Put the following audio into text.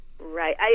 Right